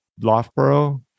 Loftboro